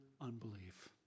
unbelief